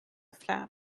flap